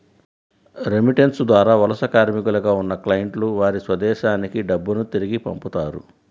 remittance ద్వారా వలస కార్మికులుగా ఉన్న క్లయింట్లు వారి స్వదేశానికి డబ్బును తిరిగి పంపుతారు